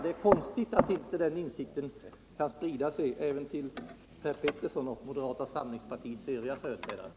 Det är konstigt att inte den insikten kan sprida sig även till Per Petersson och moderata samlingspartiets övriga företrädare.